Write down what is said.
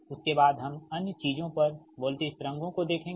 उसके बाद हम अन्य चीजों पर वोल्टेज तरंगों को देखेंगे